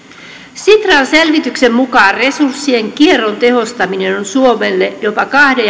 sitran selvityksen mukaan resurssien kierron tehostaminen on suomelle jopa kahden